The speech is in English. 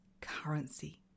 currency